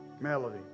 Melody